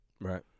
right